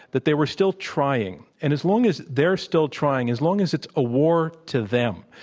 that they were still trying. and as long as they're still trying as long as it's a war to them,